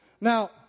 Now